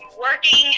Working